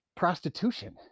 prostitution